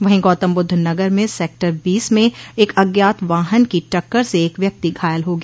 वहीं गौतमबुद्ध नगर में सेक्टर बीस में एक अज्ञात वाहन की टक्कर से एक व्यक्ति घायल हो गया